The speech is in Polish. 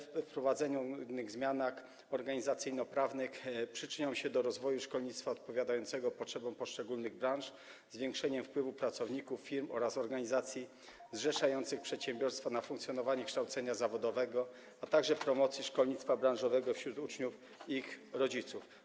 Wprowadzenie zmian organizacyjno-prawnych przyczyni się do rozwoju szkolnictwa odpowiadającego potrzebom poszczególnych branż, zwiększenia wpływu pracowników firm oraz organizacji zrzeszających przedsiębiorstwa na funkcjonowanie kształcenia zawodowego, a także promocji szkolnictwa branżowego wśród uczniów i ich rodziców.